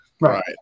Right